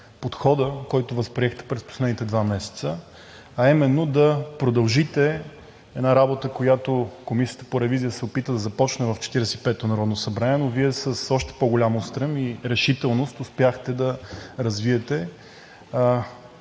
подхода, който възприехте през последните два месеца, а именно да продължите една работа, която Комисията по ревизия се опита да започне в 45-ото народно събрание, но Вие с още по-голям устрем и решителност успяхте да развиете.